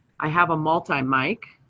i have a multi mic,